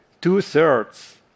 two-thirds